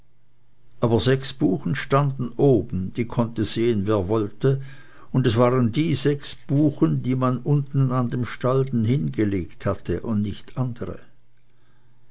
aber sechs buchen standen oben die konnte sehen wer wollte und es waren die sechs buchen die man unten an dem stalden hingelegt hatte und nicht andere